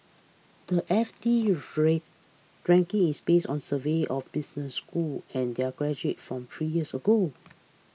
the F T rent ranking is based on surveys of business schools and their graduates from three years ago